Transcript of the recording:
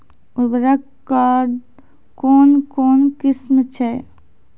उर्वरक कऽ कून कून किस्म छै?